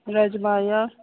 ꯔꯥꯖꯃꯥ ꯌꯥꯎꯏ